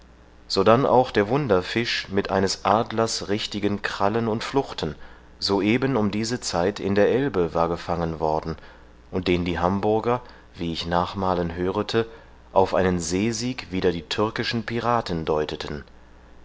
sodann auch der wunderfisch mit eines adlers richtigen krallen und fluchten so eben um diese zeit in der elbe war gefangen worden und den die hamburger wie ich nachmalen hörete auf einen seesieg wider die türkischen piraten deuteten